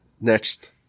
next